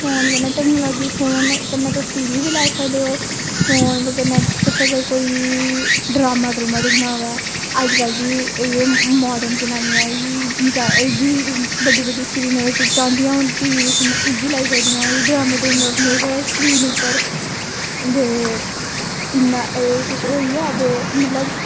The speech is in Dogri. फोन कन्नै टेक्नोलाॅजी फोन कन्नै तुस टीवी बी लाई सकदे ओ फोन कन्नै तुस अगर कोई ड्रामा ड्रोमा दिक्खना होवे अजकल दी जेहड़ी मार्डन जनानी ऐ ए बी बड़ी बड़ी स्क्रीन बिच चांह्दी हून टीवी दिक्खना ऐ बी लाई सकदियां ड्रामे ड्रोमे अपनी स्क्रीन उप्पर दे इन्ना एह् किश होई गेआ दे मतलब